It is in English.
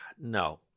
no